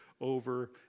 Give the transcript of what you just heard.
over